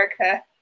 America